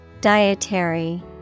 Dietary